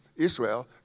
Israel